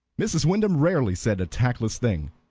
mrs. wyndham rarely said a tactless thing,